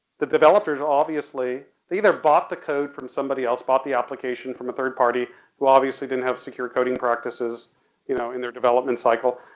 the developers are obviously, they either bought the code from somebody else, bought the application from a third party who obviously didn't have secured coding practices you know in their development cycle,